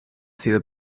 sido